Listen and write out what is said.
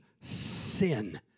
sin